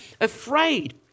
afraid